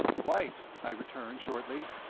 quite, i returned, shortly.